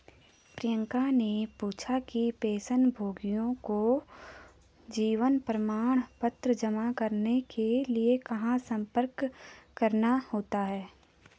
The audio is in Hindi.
प्रियंका ने पूछा कि पेंशनभोगियों को जीवन प्रमाण पत्र जमा करने के लिए कहाँ संपर्क करना होता है?